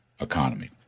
economy